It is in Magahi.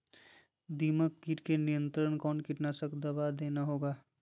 दीमक किट के नियंत्रण कौन कीटनाशक दवा देना होगा?